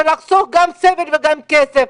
ולחסוך גם צוות וגם כסף.